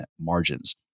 margins